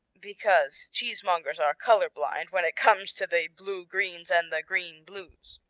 because cheesemongers are color-blind when it comes to the blue-greens and the green-blues.